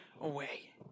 away